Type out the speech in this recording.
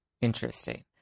Interesting